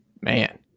Man